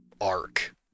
arc